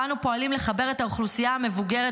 ואנו פועלים לחבר את האוכלוסייה המבוגרת